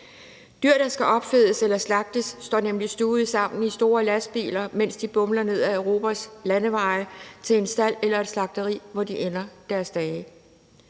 Dyr, der skal opfedes eller slagtes, står nemlig stuvet sammen i store lastbiler, mens de bumler ned ad Europas landeveje til en stald eller et slagteri, hvor de ender deres dage.